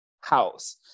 house